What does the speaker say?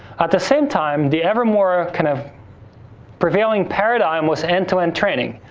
at the same time, the ever more kind of prevailing paradigm was end to end training.